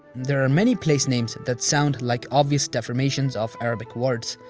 there are many place names that sound like obvious deformations of arabic words.